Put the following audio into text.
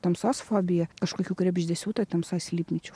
tamsos fobija kažkokių krebždesių toj tamsoj slypinčių